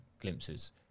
glimpses